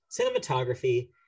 cinematography